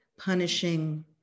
punishing